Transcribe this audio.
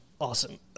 Awesome